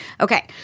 Okay